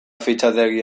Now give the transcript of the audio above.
fitxategi